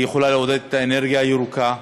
היא יכולה לעודד את האנרגיה הירוקה,